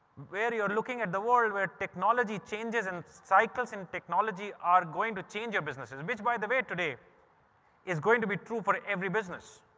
where you're looking at the world where technology changes and cycles in technology are going to change your businesses, and which by the way, today is going to be true for every business.